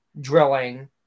drilling